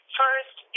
first